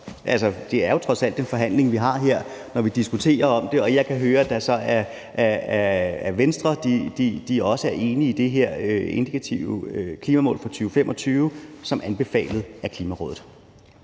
det er jo trods alt en forhandling, vi har her, når vi diskuterer det. Og jeg kan høre, at Venstre også er enig i det her indikative klimamål som anbefalet af Klimarådet.